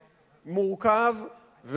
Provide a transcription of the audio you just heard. מורכב,